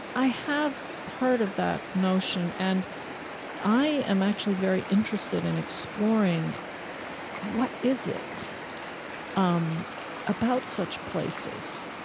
i have heard of that notion and i am actually very interested in exploring what is it um about such places,